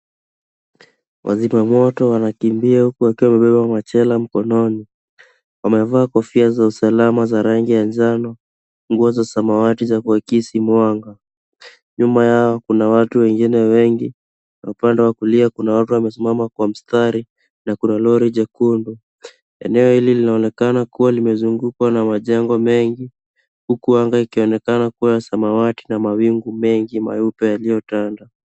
Wazimamoto wanakimbia huku wakiwa wamebeba machela mikononi. Wamevaa kofia za usalama za rangi ya njano, nguo za samawati za kuakisi mwanga. Nyuma yao kuna watu wengine wengi. Upande wa kulia kuna watu wamesimama kwa mstari na kuna lori jekundu. Eneo hili linaonekana kuwa limezungukwa na majengo mengi huku anga ikionekana kuwa ya samawati na mawingu mengi meupe yaliyotanda.